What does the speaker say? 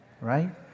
Right